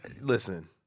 Listen